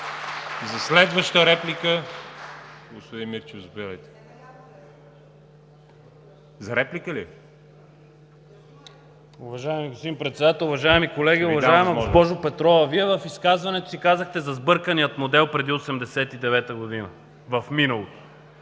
уважаема госпожо Петрова! Вие в изказването си казахте за сбъркания модел преди 1989 г., в миналото.